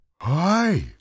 Hi